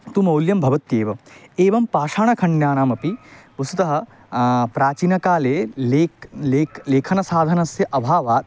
तु मौल्यं भवत्येव एवं पाषाणखण्डानाम् अपि वस्तुतः प्राचीनकाले लेख लेख लेखनसाधनस्य अभावात्